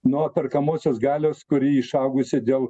nuo perkamosios galios kuri išaugusi dėl